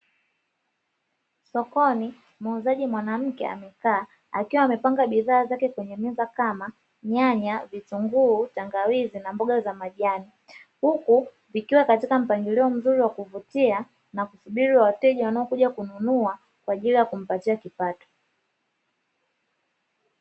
Sokoni muuzaji mwanamke amekaa akiwa amepanga bidhaa zake kwenye meza kama; nyanya, vitunguu, tangawizi na mboga za majani. Huku zikiwa katika mpangilio mzuri wa kuvutia, na kusubiri wateja wanaokuja kununua kwa ajili ya kumpatia kipato.